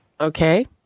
Okay